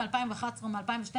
מ-2011 או מ-2012,